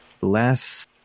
less